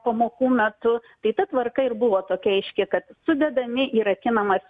pamokų metu tai ta tvarka ir buvo tokia aiški kad sudedami į rakinamas